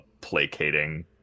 placating